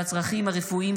והצרכים הרפואיים,